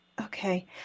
okay